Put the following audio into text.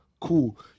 Cool